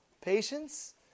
patience